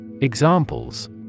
Examples